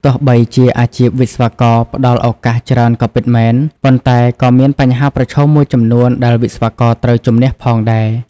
ទោះបីជាអាជីពវិស្វករផ្តល់ឱកាសច្រើនក៏ពិតមែន ប៉ុន្តែក៏មានបញ្ហាប្រឈមមួយចំនួនដែលវិស្វករត្រូវជម្នះផងដែរ។